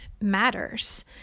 matters